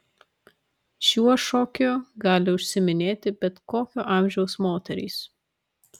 šiuo šokiu gali užsiiminėti bet kokio amžiaus moterys